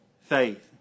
faith